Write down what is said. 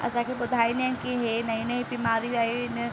असांखे ॿुधाईंदा आहिनि की इहे नईं नईं बीमारियूं आयूं आहिनि